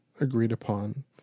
agreed-upon